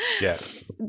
Yes